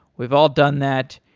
we've all done that,